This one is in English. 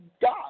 God